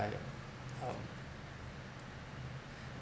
like um